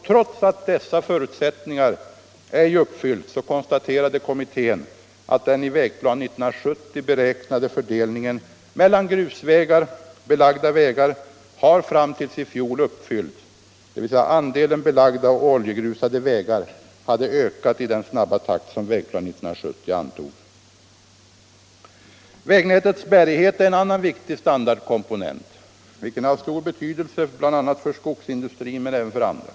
Trots att dessa förutsättningar ej uppfyllts konstaterade kommittén att den i Vägplan 1970 beräknade fördelningen mellan grusvägar och belagda vägar har fram till i fjol uppfyllts, dvs. andelen belagda och oljegrusade vägar hade ökat i den snabba takt som Vägplan 1970 antog. Vägnätets bärighet är en annan viktig standardkomponent, vilken är av stor betydelse bl.a. för vår skogsindustri men även för andra.